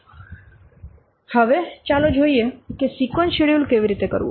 હવે ચાલો જોઈએ કે સિક્વન્સ શેડ્યૂલ કેવી રીતે કરવું